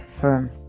firm